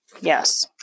yes